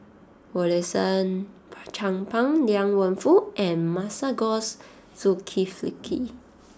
Rosaline Chan Pang Liang Wenfu and Masagos Zulkifli